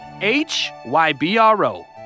H-Y-B-R-O